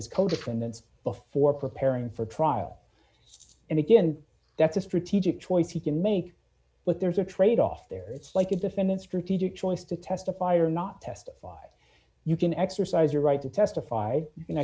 defendants before preparing for trial and again that's a strategic choice he can make but there's a tradeoff there it's like a defendant strategic choice to testify or not testify you can exercise your right to testify